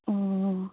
अ